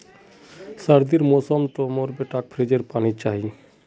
सर्दीर मौसम तो मोर बेटाक फ्रिजेर पानी चाहिए